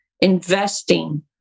investing